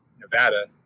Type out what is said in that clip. Nevada